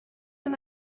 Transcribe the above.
and